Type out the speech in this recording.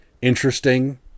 interesting